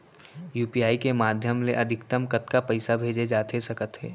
UPI के माधयम ले अधिकतम कतका पइसा भेजे जाथे सकत हे?